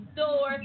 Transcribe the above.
door